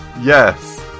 Yes